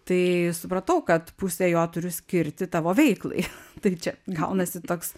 tai supratau kad pusę jo turiu skirti tavo veiklai tik čia gaunasi toks